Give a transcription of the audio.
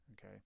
Okay